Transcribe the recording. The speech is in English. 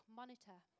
monitor